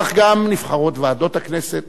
כך גם נבחרות ועדות הכנסת,